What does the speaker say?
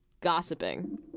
gossiping